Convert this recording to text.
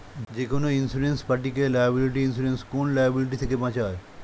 যেকোনো ইন্সুরেন্স পার্টিকে liability insurance কোন লায়াবিলিটি থেকে বাঁচায়